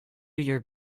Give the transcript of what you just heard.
your